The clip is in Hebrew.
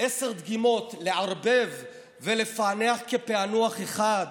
עשר דגימות, לערבב ולפענח בפענוח אחד,